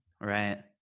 Right